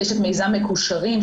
יש את מיזם מקושרים,